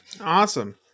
Awesome